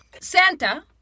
Santa